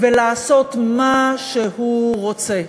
ולעשות מה שהוא רוצה.